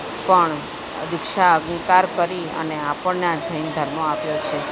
પણ આ દીક્ષા અંગિકાર કરી અને આપણને આ જૈન ધર્મ આપ્યો છે